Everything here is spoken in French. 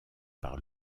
par